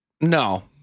No